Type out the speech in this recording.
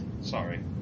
Sorry